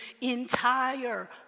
entire